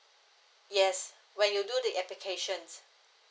yes when you do the application